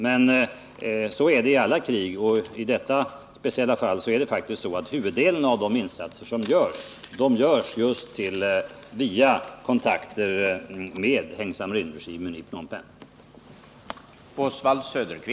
Men så är det i alla krig, och i detta speciella fall är det faktiskt så att huvuddelen av insatserna görs just via kontakter med Heng Samrin-regimen i Phnom Penh.